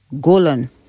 Golan